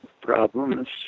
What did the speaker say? problems